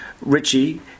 Richie